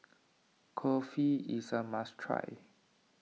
Kulfi is a must try